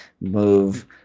move